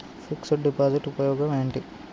Fix డ్ deposit ఉపయోగం ఏంటి?